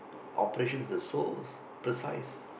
operation are so precise